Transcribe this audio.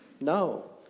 No